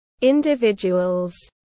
individuals